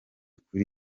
kuri